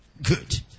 good